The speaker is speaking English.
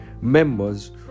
members